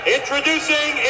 Introducing